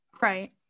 Right